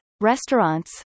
restaurants